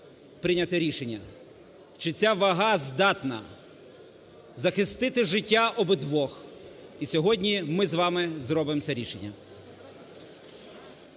прийняте рішення, чи ця вага здатна захистити життя обидвох, і сьогодні ми з вами зробимо це рішення.